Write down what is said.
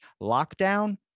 lockdown